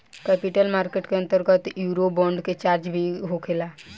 capital market के अंतर्गत eurobond के चार्चा भी होखेला